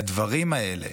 לדברים האלה,